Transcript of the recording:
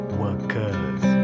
workers